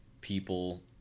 people